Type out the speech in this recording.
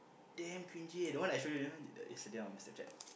damn cringy eh that one I show you that one the yesterday on the snapchat